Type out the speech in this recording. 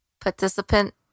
participant